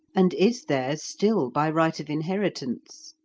and is theirs still by right of inheritance.